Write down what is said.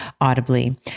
audibly